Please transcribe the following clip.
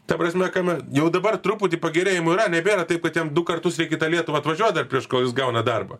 ta prasme kame jau dabar truputį pagerėjimo yra nebėra taip kad jam du kartus reikia į tą lietuvą atvažiuot dar prieš kol jis gauna darbą